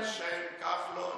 על שם כחלון,